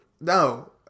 no